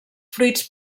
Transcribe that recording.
fruits